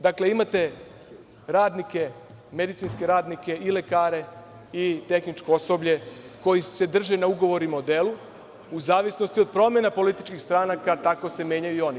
Dakle, imate radnike, medicinske radnike i lekare i tehničko osoblje koji se drže na ugovorima o delu, a u zavisnosti od promena političkih stranaka, tako se menjaju i oni.